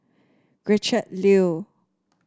Gretchen Liu